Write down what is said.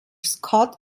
scott